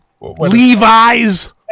Levi's